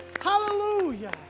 hallelujah